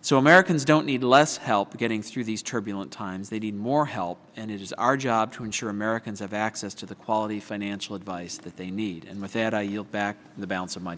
so americans don't need less help getting through these turbulent times they need more help and it is our job to ensure americans have access to the quality financial advice that they need and with that i yield back the balance of my